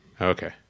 Okay